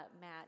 Matt